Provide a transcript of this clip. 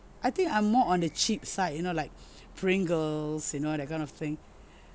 I think I'm more on the cheap side you know like pringles you know that kind of thing